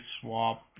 swap